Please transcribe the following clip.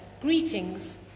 greetings